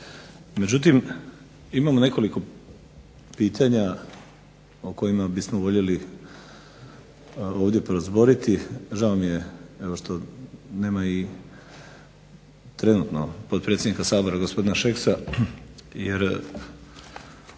Međutim, imamo nekoliko pitanja o kojima bismo voljeli ovdje prozboriti. Žao mi je evo što nema i trenutno potpredsjednika Sabora gospodina Šeksa jer